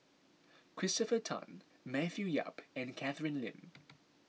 Christopher Tan Matthew Yap and Catherine Lim